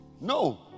No